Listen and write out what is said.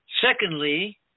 Secondly